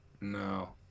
No